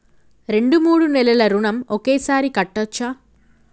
రెండు మూడు నెలల ఋణం ఒకేసారి కట్టచ్చా?